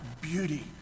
beauty